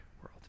world